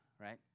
right